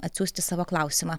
atsiųsti savo klausimą